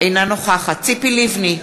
אינה נוכחת ציפי לבני,